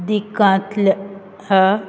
दिकांत ल्या